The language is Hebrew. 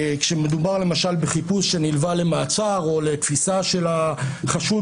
כאשר מדובר למשל בחיפוש שנלווה למעצר או לתפיסה של החשוד